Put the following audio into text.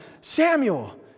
Samuel